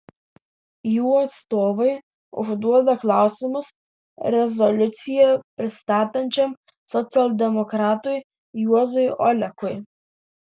jų atstovai užduoda klausimus rezoliuciją pristatančiam socialdemokratui juozui olekui